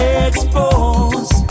expose